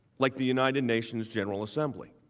like the united nations general assembly.